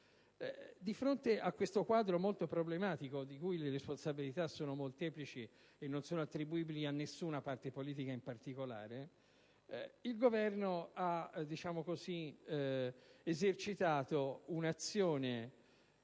Di fronte a questo quadro molto problematico, di cui le responsabilità sono molteplici e non attribuibili a nessuna parte politica in particolare, il Governo ha esercitato un'azione